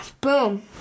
boom